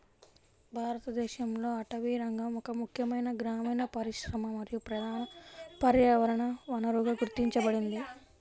భారతదేశంలో అటవీరంగం ఒక ముఖ్యమైన గ్రామీణ పరిశ్రమ మరియు ప్రధాన పర్యావరణ వనరుగా గుర్తించబడింది